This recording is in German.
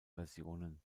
versionen